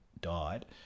died